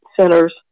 centers